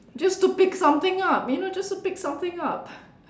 just to pick something up you know just to pick something up